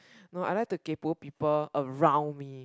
no I like to kaypo people around me